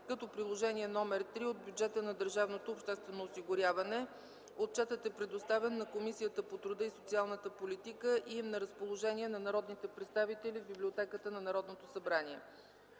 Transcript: като Приложение № 3 от бюджета на държавното обществено осигуряване. Отчетът е предоставен на Комисията по труда и социалната политика и е на разположение на народните представители в Библиотеката на Народното събрание.